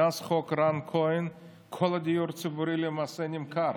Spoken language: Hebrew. מאז חוק רן כהן כל הדיור הציבורי למעשה נמכר,